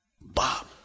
Bob